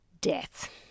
death